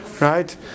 right